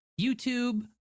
youtube